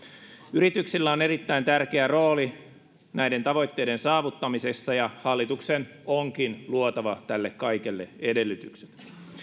yrityksillä on erittäin tärkeä rooli näiden tavoitteiden saavuttamisessa ja hallituksen onkin luotava tälle kaikelle edellytykset